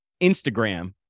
Instagram